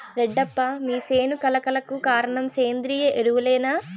రెడ్డప్ప మీ సేను కళ కళకు కారణం సేంద్రీయ ఎరువులేనా